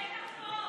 יש לך פה.